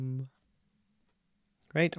Great